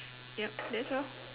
yup that's all